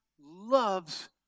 loves